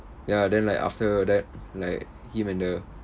ya then like after that like him and the